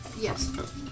Yes